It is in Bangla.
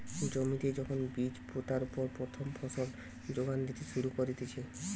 জমিতে যখন বীজ পোতার পর প্রথম ফসল যোগান দিতে শুরু করতিছে